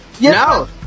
no